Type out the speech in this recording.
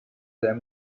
them